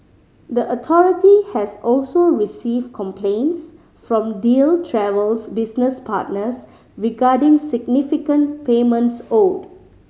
the authority has also received complaints from Deal Travel's business partners regarding significant payments owed